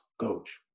coach